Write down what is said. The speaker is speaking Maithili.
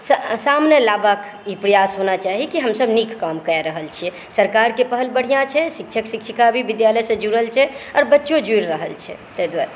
सामने लेबाक ई प्रयास होना चाही कि हमसब नीक काम कए रहल छियै सरकारके पहल बढ़िऑं छै शिक्षक शिक्षिका भी विद्यालयसँ जुड़ल छै आओर बच्चो जुड़ि रहल छै तै दुआरे